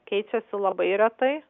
keičiasi labai retai